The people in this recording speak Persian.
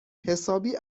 حسابی